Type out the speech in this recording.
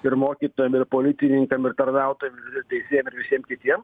ir mokytojam ir policininkam ir tarnautojam teisėjam ir visiem kitiem